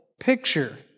picture